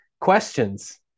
questions